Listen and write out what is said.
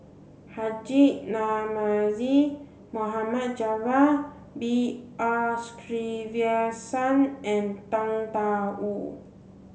Haji Namazie Mohd Javad B R Sreenivasan and Tang Da Wu